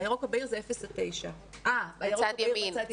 הירוק הבהיר זה 0 9. בצד ימין.